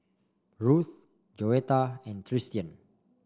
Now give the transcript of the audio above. Ruth Joetta and Tristian